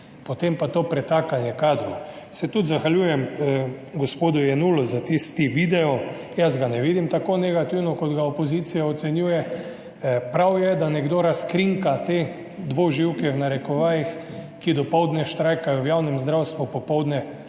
Potem pa to pretakanje kadrov. Zahvaljujem se tudi gospodu Jenullu za tisti video. Jaz ga ne vidim tako negativno, kot ga ocenjuje opozicija. Prav je, da nekdo razkrinka te dvoživke, v narekovajih, ki dopoldne štrajkajo v javnem zdravstvu, popoldne pa